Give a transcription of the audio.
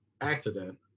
accident